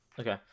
Okay